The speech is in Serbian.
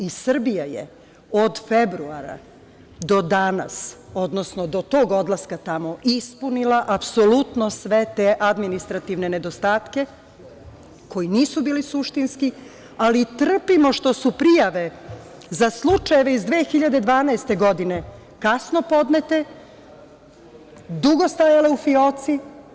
I Srbija je od februara do danas, odnosno do tog odlaska tamo, ispunila apsolutno sve te administrativne nedostatke, koji nisu bili suštinski, ali trpimo što su prijave za slučajeve iz 2012. godine kasno podnete, dugo stajale u fioci.